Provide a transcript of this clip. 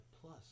plus